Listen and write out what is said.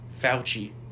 Fauci